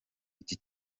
iki